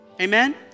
Amen